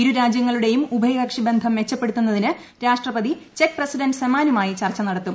ഇരു രാജ്യങ്ങളുടേയും ഉഭയകക്ഷി ബന്ധം മെച്ചപ്പെടുത്തുന്നതിന് രാഷ്ട്രപതി ചെക്ക് പ്രസിഡന്റ് സെമാനുമായി ചർച്ചു നടത്തും